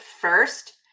first